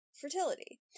Fertility